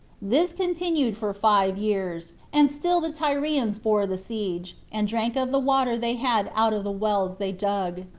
this continued for five years and still the tyrians bore the siege, and drank of the water they had out of the wells they dug.